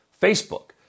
Facebook